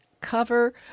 cover